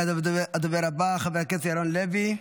הדובר הבא, חבר הכנסת ירון לוי.